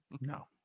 No